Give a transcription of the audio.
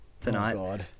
tonight